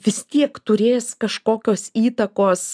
vis tiek turės kažkokios įtakos